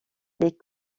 ces